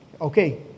okay